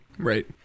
right